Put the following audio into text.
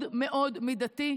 וזה מאוד מאוד מידתי,